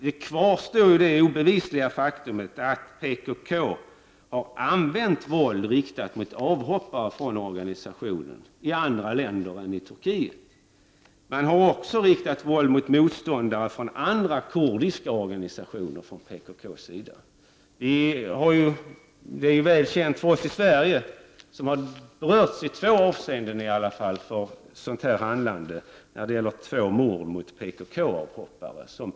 Det kvarstår som ett obevisligt faktum att PKK har använt våld mot avhoppare från organisationen i andra länder än i Turkiet. PKK har också använt våld mot motståndare från andra kurdiska organisationer. Det är väl känt att två avhoppare från PKK i Sverige har mördats av PKK.